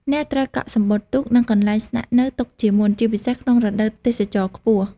អ្នកត្រូវកក់សំបុត្រទូក និងកន្លែងស្នាក់នៅទុកជាមុន ជាពិសេសក្នុងរដូវទេសចរណ៍ខ្ពស់។